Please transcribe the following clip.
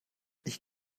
ich